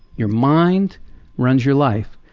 your mind runs your life,